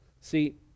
See